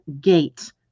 gate